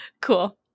Cool